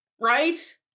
Right